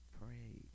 pray